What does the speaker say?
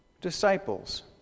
disciples